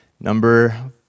Number